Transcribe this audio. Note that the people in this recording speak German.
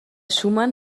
schumann